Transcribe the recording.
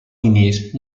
diners